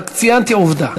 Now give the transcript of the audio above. רק ציינתי עובדה.